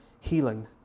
healing